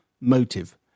motive